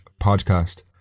podcast